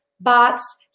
bots